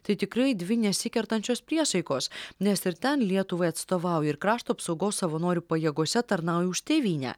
tai tikrai dvi nesikertančios priesaikos nes ir ten lietuvai atstovauja ir krašto apsaugos savanorių pajėgose tarnauja už tėvynę